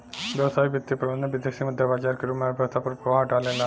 व्यावसायिक वित्तीय प्रबंधन विदेसी मुद्रा बाजार के रूप में अर्थव्यस्था पर प्रभाव डालेला